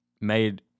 made